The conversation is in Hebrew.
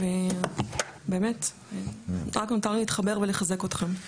רק נותר לי להתחבר ולחזק אתכם.